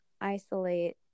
isolate